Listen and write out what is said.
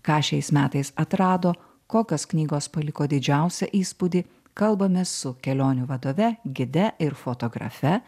ką šiais metais atrado kokios knygos paliko didžiausią įspūdį kalbamės su kelionių vadove gide ir fotografe